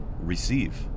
receive